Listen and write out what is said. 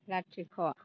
लाथिख'